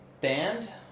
band